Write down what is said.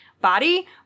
body